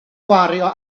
gwario